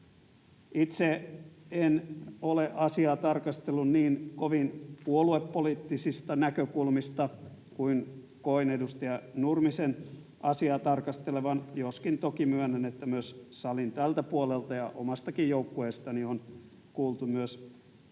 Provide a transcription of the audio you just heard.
Itse en ole asiaa tarkastellut niin kovin puoluepoliittisista näkökulmista kuin koin edustaja Nurmisen asiaa tarkastelevan, joskin toki myönnän, että myös salin tältä puolelta ja omastakin joukkueestani on kuultu myös